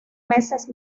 meses